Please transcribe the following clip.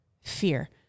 fear